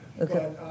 okay